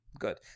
Good